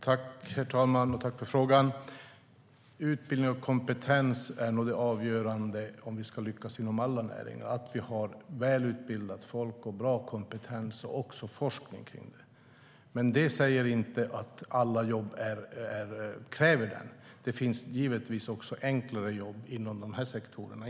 Herr talman! Tack för frågan! Utbildning och kompetens är nog avgörande inom alla näringar för att vi ska lyckas, att vi har välutbildat folk, bra kompetens och också forskning. Men det säger inte att alla jobb kräver det. Det finns givetvis också enklare jobb inom de här sektorerna.